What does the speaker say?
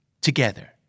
together